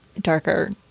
darker